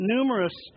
Numerous